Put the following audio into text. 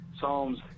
psalms